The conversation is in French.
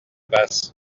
basse